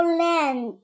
land